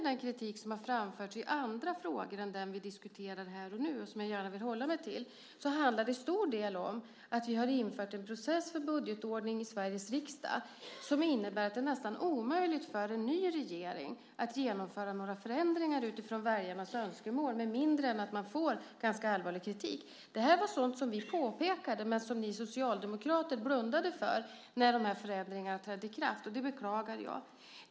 Den kritik som har framförts i andra frågor än den som vi diskuterar här och nu, och som jag gärna vill hålla mig till, handlar till stora delar om att vi i Sveriges riksdag har infört en budgetordning som innebär att det är nästan omöjligt för en nytillträdd regering att genomföra några förändringar utifrån väljarnas önskemål utan att få allvarlig kritik av Lagrådet. Vi påpekade detta när dessa förändringar trädde i kraft, men ni socialdemokrater blundade för det. Det beklagar jag.